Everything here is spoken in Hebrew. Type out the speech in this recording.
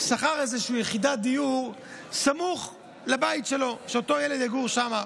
שכר איזושהי יחידת דיור סמוך לבית שלו כך שאותו ילד יגור שם.